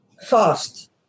fast